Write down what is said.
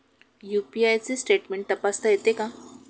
UPI चे statement तपासता येते का?